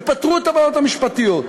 ופתרו את הבעיות המשפטיות.